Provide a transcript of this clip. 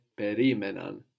perimenan